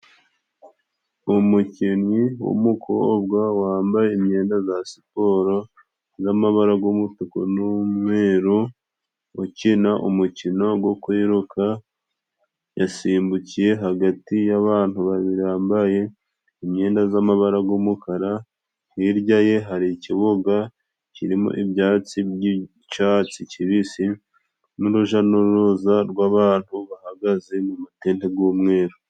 Umukinnyi w'umukobwa wambaye imyenda za siporo z'amabara g'umutuku n'umweru, ukina umukino wo kwiruka. Yasimbukiye hagati y'abantu babiri bambaye imyenda z'amabara g'umukara, hirya ye hari ikibuga kirimo ibyatsi by'icatsi kibisi, n'uruja n'uruza rw'abantu bahagaze mu matente g'umweru.